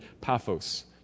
Paphos